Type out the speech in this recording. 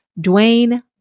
Dwayne